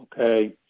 Okay